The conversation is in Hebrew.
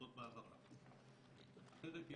אחר ולוודא שהוא ביצע את זה כמו שצריך,